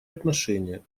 отношения